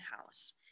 house